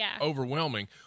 overwhelming